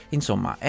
Insomma